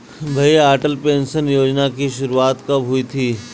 भैया अटल पेंशन योजना की शुरुआत कब हुई थी?